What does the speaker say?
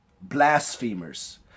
blasphemers